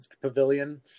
pavilion